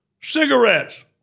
cigarettes